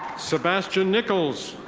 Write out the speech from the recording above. sebastian nicholls.